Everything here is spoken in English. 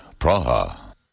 Praha